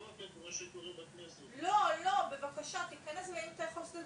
אז תכנסו שניה לאתר